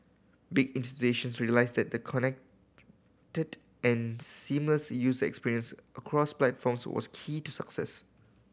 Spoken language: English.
big institutions realised that the connected and seamless use experience across platforms was key to success